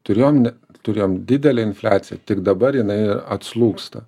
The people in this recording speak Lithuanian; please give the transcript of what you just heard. turėjom ne turėjom didelę infliaciją tik dabar jinai atslūgsta